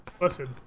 listen